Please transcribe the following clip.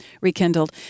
Rekindled